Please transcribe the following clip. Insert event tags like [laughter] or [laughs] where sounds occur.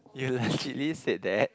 you legitly [laughs] said that